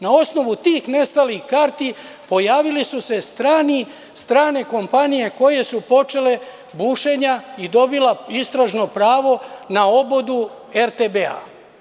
Na osnovu tih nestalih karti pojavile su se strane kompanije koje su počele bušenja i dobila istražno pravo na obodu RTB-a.